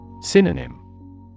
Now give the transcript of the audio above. Synonym